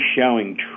showing